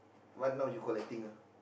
what now you collecting lah